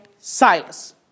Silas